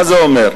מה זה אומר?